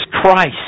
Christ